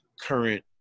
current